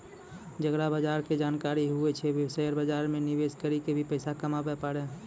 जेकरा बजार के जानकारी हुवै छै वें शेयर बाजार मे निवेश करी क भी पैसा कमाबै पारै